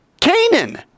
Canaan